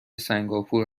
سنگاپور